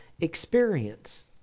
experience